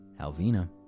Alvina